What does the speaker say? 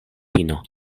fino